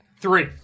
Three